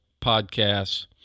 podcasts